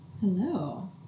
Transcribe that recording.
Hello